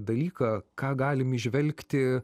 dalyką ką galim įžvelgti